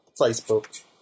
Facebook